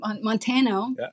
montano